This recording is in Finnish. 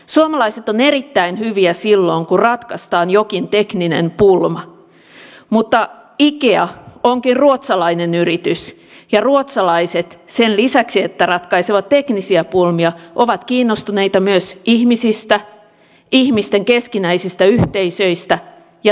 suomalaiset ovat erittäin hyviä silloin kun ratkaistaan jokin tekninen pulma mutta ikea onkin ruotsalainen yritys ja ruotsalaiset sen lisäksi että ratkaisevat teknisiä pulmia ovat kiinnostuneita myös ihmisistä ihmisten keskinäisistä yhteisöistä ja tarinoista